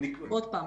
עד פעם.